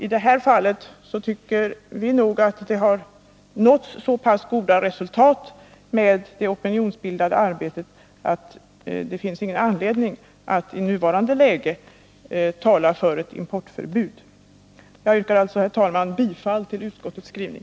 I det här fallet tycker vi nog att det har nåtts så pass goda resultat med det opinionsbildande arbetet att det inte finns någon anledning att i nuvarande läge tala för ett importförbud. Herr talman! Jag yrkar alltså bifall till utskottets förslag.